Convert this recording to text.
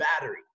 battery